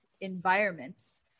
Environments